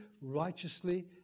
righteously